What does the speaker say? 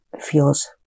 feels